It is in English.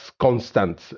constant